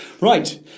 Right